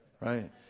Right